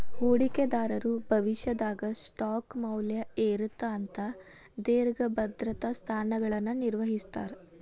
ಹೂಡಿಕೆದಾರರು ಭವಿಷ್ಯದಾಗ ಸ್ಟಾಕ್ ಮೌಲ್ಯ ಏರತ್ತ ಅಂತ ದೇರ್ಘ ಭದ್ರತಾ ಸ್ಥಾನಗಳನ್ನ ನಿರ್ವಹಿಸ್ತರ